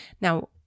Now